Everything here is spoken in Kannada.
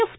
ಎಫ್